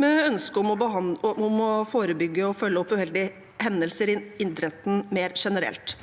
men også om å forebygge og følge opp uheldige hendelser i idretten mer generelt.